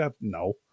No